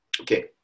Okay